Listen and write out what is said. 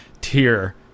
tier